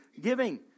giving